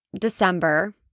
December